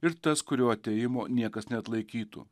ir tas kurio atėjimo niekas neatlaikytų